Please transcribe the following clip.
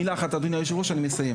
מילה אחת אדוני היושב-ראש אני מסיים,